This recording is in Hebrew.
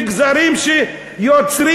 אלא מגזרים יוצרים,